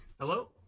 Hello